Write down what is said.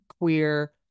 queer